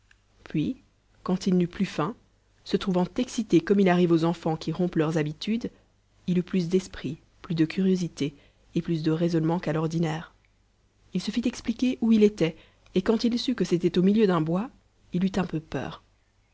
puis quand il n'eut plus faim se trouvant excité comme il arrive aux enfants qui rompent leurs habitudes il eut plus d'esprit plus de curiosité et plus de raisonnement qu'à l'ordinaire il se fit expliquer où il était et quand il sut que c'était au milieu d'un bois il eut un peu peur